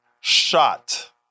shot